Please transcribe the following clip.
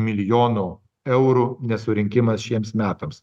milijono eurų nesurinkimas šiems metams